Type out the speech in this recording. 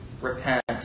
repent